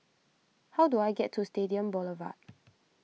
how do I get to Stadium Boulevard